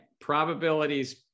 Probabilities